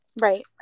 Right